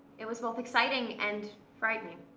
it was both exciting and frightening.